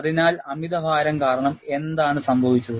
അതിനാൽ അമിതഭാരം കാരണം എന്താണ് സംഭവിച്ചത്